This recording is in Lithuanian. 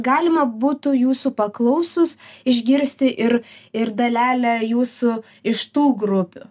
galima būtų jūsų paklausus išgirsti ir ir dalelę jūsų iš tų grupių